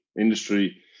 industry